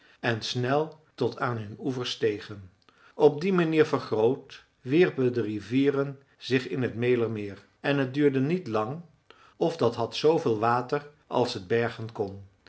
en snel tot aan hun oevers stegen op die manier vergroot wierpen de rivieren zich in t mälermeer en het duurde niet lang of dat had zooveel water als het bergen kon